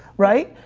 right?